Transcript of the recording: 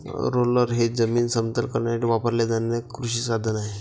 roller हे जमीन समतल करण्यासाठी वापरले जाणारे एक कृषी साधन आहे